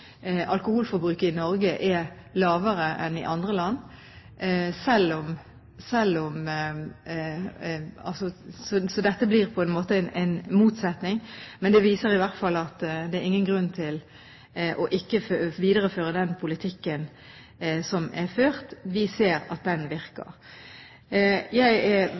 alkoholforbruket i Norge er lavere enn i andre land. Så dette blir på en måte en motsetning. Men det viser i hvert fall at det er ingen grunn til ikke å videreføre den politikken som er ført. Vi ser at den virker. Jeg er